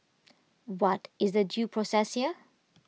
what is the due process here